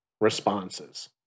responses